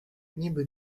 niby